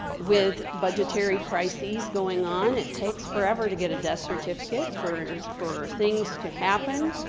with budgetary crises going on, it takes forever to get a death certificate, for for things to happen.